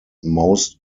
most